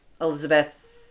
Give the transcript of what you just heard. Elizabeth